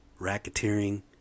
racketeering